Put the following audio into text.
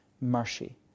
mercy